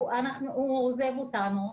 הוא עוזב אותנו.